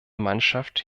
mannschaft